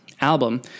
album